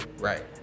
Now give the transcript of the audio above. right